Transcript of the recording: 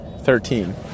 thirteen